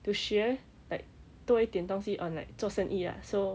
to 学 like 多一点东西 on like 做生意 lah so